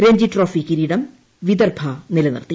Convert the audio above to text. Ranji trophy കിരീടം വിദർഭ നിലനിർത്തി